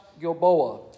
Gilboa